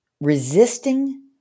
resisting